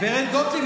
גב' גוטליב,